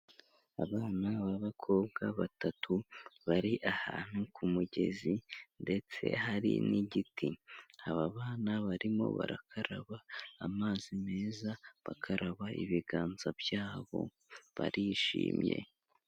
Abana b'abakobwa batatu bari ahantu ku mugezi ndetse hari n'igiti, aba bana barimo barakaraba amazi meza, bakaraba ibiganza byabo barishimye.